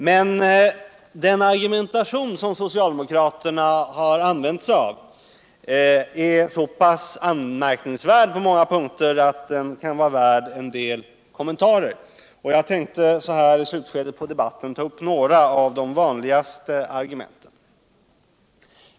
Men den argumentation som socialdemokraterna har använt är så pass anmärkningsvärd på många punkter att den kan vara värd en del kommentarer. Här i slutskedet av debatten tänkte jag ta upp några av de vanligaste argumenten.